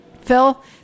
Phil